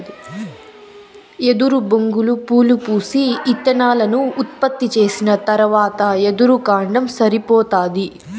ఎదురు బొంగులు పూలు పూసి, ఇత్తనాలను ఉత్పత్తి చేసిన తరవాత ఎదురు కాండం సనిపోతాది